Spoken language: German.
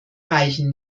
reichen